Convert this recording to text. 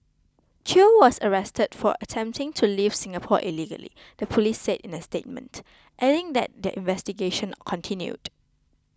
chew was arrested for attempting to leave Singapore illegally the police said in a statement adding that their investigation continued